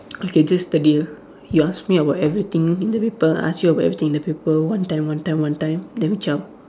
okay just the deal you ask me about everything in the paper I ask you everything in the paper one time one time one time then we zao